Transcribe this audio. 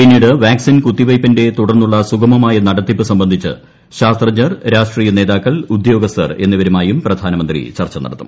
പിന്നീട് വാക്സിൻ കുത്തിവയ്പ്പിന്റെ തുടർന്നുളള സുഗമമായ നടത്തിപ്പു സംബന്ധിച്ച് ശാസ്ത്രജ്ഞർ രാഷ്ട്രീയ നേതാക്കൾ ഉദ്യോഗസ്ഥർ എന്നിവരുമായും പ്രധാനമന്ത്രി ചർച്ച നടത്തും